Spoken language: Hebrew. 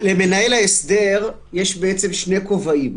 למנהל ההסדר יש בעצם שני כובעים.